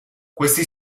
questi